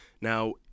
Now